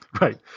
Right